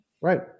Right